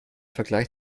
vergleich